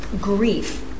grief